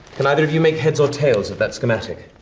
can either of you make heads or tails of that schematic?